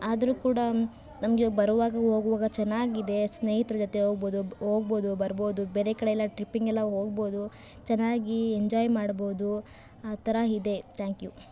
ಆದರೂ ಕೂಡ ನಮಗೆ ಬರುವಾಗ ಹೋಗುವಾಗ ಚೆನ್ನಾಗಿದೆ ಸ್ನೇಹಿತ್ರ ಜೊತೆ ಹೋಗ್ಬೋದು ಹೋಗ್ಬೌದು ಬರ್ಬೌದು ಬೇರೆ ಕಡೆಯೆಲ್ಲ ಟ್ರಿಪಿಂಗೆಲ್ಲ ಹೋಗ್ಬೌದು ಚೆನ್ನಾಗಿ ಎಂಜಾಯ್ ಮಾಡ್ಬೌದು ಆ ಥರ ಇದೆ ತ್ಯಾಂಕ್ ಯು